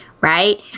Right